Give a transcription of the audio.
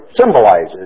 symbolizes